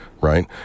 right